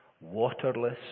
waterless